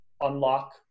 unlock